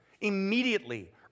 immediately